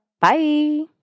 Bye